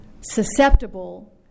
susceptible